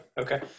Okay